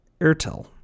Airtel